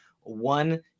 one